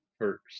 first